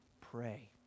pray